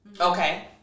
Okay